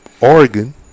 Oregon